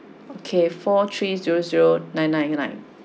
okay four three zero zero nine nine nine